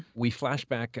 we flash back